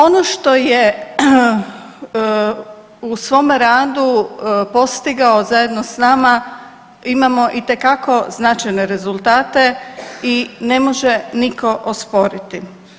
Ono što je u svom radu postigao zajedno s nama imamo itekako značajne rezultate i ne može nitko osporiti.